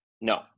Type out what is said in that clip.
No